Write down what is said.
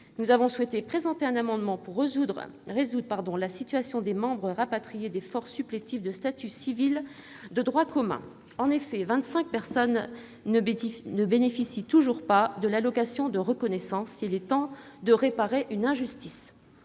Nous avons souhaité présenter un amendement visant à résoudre la situation des membres rapatriés des forces supplétives de statut civil de droit commun. En effet, 25 personnes ne bénéficient toujours pas de l'allocation de reconnaissance. Il est temps de réparer une injustice.